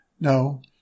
No